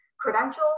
credentials